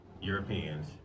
Europeans